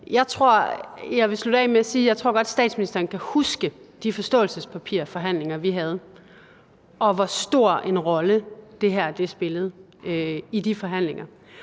jeg tror godt, at statsministeren kan huske det forståelsespapir og de forhandlinger, vi havde, og hvor stor en rolle det her spillede i de forhandlinger.